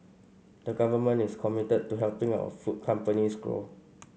the government is committed to helping our food companies grow